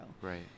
right